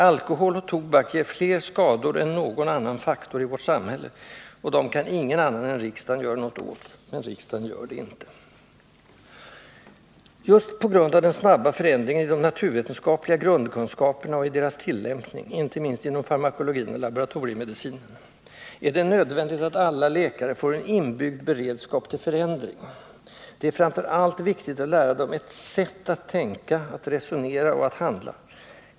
Alkohol och tobak ger fler skador än någon annan faktor i vårt samhälle, och dem kan ingen-annan än riksdagen göra något åt, men riksdagen gör det inte. Just på grund av den snabba förändringen i de naturvetenskapliga grundkunskaperna och i deras tillämpning — inte minst inom farmakologin och laboratoriemedicinen — är det nödvändigt att alla läkare får en inbyggd beredskap till förändring: det är framför allt viktigt att lära dem ett sätt att tänka, resonera och handla.